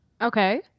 Okay